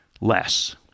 less